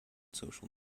social